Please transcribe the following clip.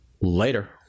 Later